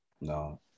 No